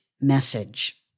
message